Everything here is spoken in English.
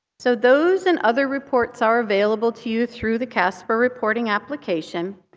so those and other reports are available to you through the casper reporting application.